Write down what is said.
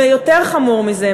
ויותר חמור מזה,